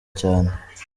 cyane